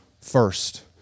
first